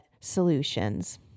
solutions